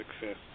success